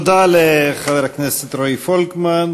תודה לחבר הכנסת רועי פולקמן,